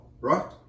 right